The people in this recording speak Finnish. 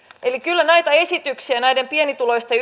eli kyllä näitä esityksiä pienituloisten